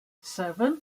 seven